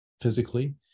physically